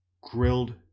grilled